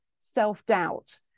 self-doubt